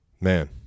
Man